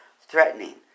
threatening